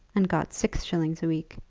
and got six shillings a week.